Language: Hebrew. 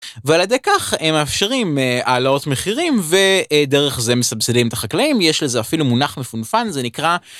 ועל ידי כך הם מאפשרים העלות מחירים ודרך זה מסבסדים את החקלאים. יש לזה אפילו מונח מפונפן זה נקרא